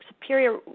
superior